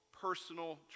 personal